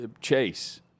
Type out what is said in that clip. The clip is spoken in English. Chase